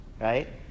right